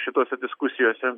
šitose diskusijose